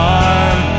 arm